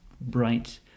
bright